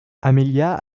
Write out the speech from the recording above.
amelia